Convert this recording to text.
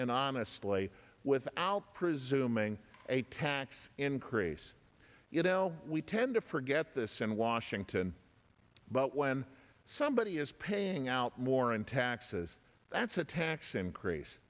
and honestly without presuming a tax increase you know we tend to forget this in washington but when somebody is paying out more in taxes that's a tax increase